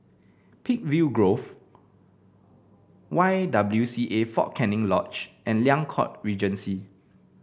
Peakville Grove Y W C A Fort Canning Lodge and Liang Court Regency